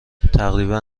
تقریبا